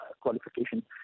qualification